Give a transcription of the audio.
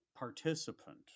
participant